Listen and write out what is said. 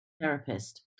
therapist